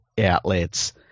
outlets